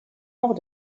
nord